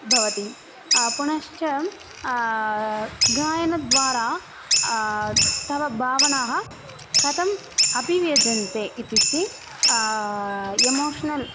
भवति पुनश्च गायनद्वारा तव भावनाः कथम् अपि व्यजन्ते इत्युक्ते एमोश्नल्